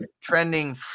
trending